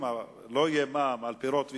אם לא יהיה מע"מ על פירות וירקות,